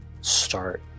start